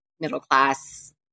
middle-class